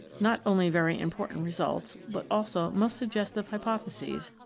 not only very important results, but also most sug gestive hypotheses,